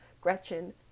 Gretchen